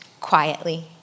quietly